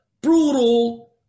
brutal